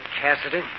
Cassidy